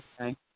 okay